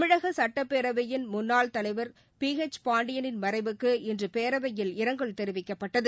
தமிழக சுட்டப்பேரவையின் முன்னாள் தலைவர் பி எச் பாண்டியனின் மறைவுக்கு இன்று பேரவையில் இரங்கல் தெரிவிக்கப்பட்டது